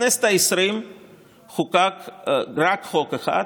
בכנסת העשרים חוקק רק חוק אחד,